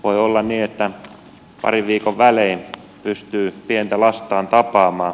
voi olla niin että parin viikon välein pystyy pientä lastaan tapaamaan